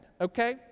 Okay